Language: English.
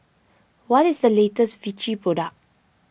what is the latest Vichy product